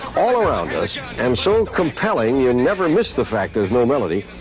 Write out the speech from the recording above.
all around, i am so compelling. you never miss the fact there's no melody.